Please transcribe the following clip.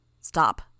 Stop